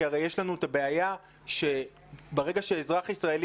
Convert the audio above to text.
כי הרי יש לנו את הבעיה שברגע שאזרח ישראלי